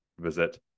visit